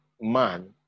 man